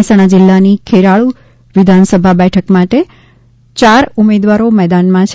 મહેસાણા જીલ્લાની ખેરાળુ વિધાનસભા બેઠક માટે ચાર ઉમેદવારો મેદાનમાં છે